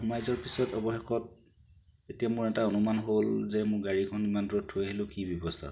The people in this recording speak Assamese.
সোমাই যোৱা পিছত অৱশেষত তেতিয়া মোৰ এটা অনুমান হ'লে যে মোৰ গাড়ীখন ইমান দূৰত থৈ আহিলো কি ব্যৱস্থা